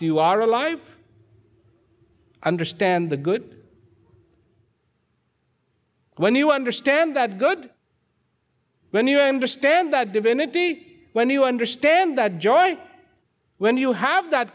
whilst you are alive understand the good when you understand that good when you understand that divinity when you understand that joy when you have that